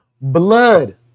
blood